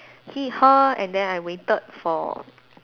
he her and then I waited for